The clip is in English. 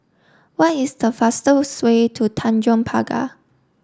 what is the fastest way to Tanjong Pagar